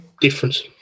difference